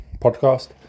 podcast